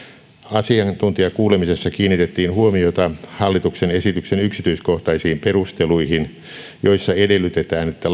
asiantuntijakuulemisessa kiinnitettiin huomiota hallituksen esityksen yksityiskohtaisiin perusteluihin joissa edellytetään että